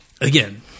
again